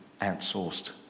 outsourced